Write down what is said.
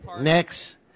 next